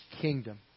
kingdom